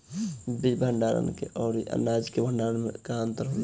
बीज के भंडार औरी अनाज के भंडारन में का अंतर होला?